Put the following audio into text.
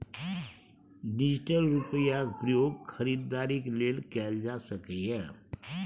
digital रुपैयाक प्रयोग खरीदारीक लेल कएल जा सकैए